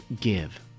give